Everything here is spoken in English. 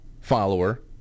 follower